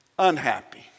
unhappy